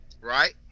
Right